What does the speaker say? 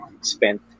spent